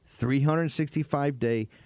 365-day